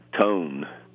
tone